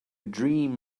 dream